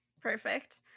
perfect